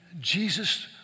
Jesus